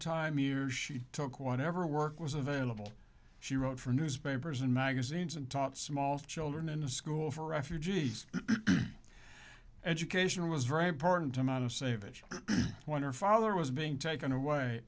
wartime years she took whatever work was available she wrote for newspapers and magazines and taught small children in a school for refugees education was very important amount of save it when her father was being taken away